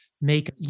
make